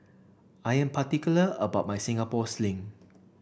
I am particular about my Singapore Sling